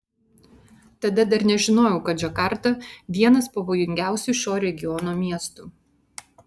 tada dar nežinojau kad džakarta vienas pavojingiausių šio regiono miestų